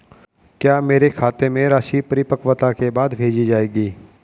क्या मेरे खाते में राशि परिपक्वता के बाद भेजी जाएगी?